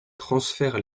transfère